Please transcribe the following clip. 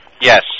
Yes